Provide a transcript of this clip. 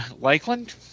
Lakeland